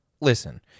Listen